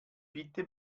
bitte